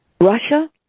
Russia